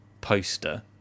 poster